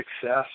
success